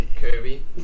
Kirby